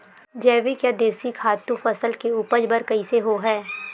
जैविक या देशी खातु फसल के उपज बर कइसे होहय?